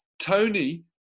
Tony